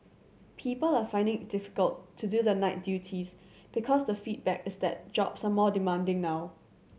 people are finding it difficult to do the night duties because the feedback is that jobs are more demanding now